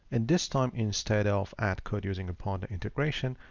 and this time instead of add code using upon integration.